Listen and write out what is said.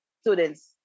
students